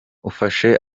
ufashe